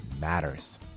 Matters